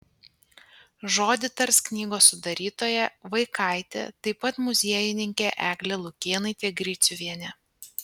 žodį tars knygos sudarytoja vaikaitė taip pat muziejininkė eglė lukėnaitė griciuvienė